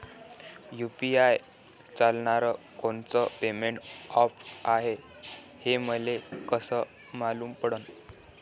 UPI चालणारं कोनचं payment app हाय, हे मले कस मालूम पडन?